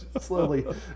Slowly